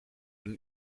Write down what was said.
een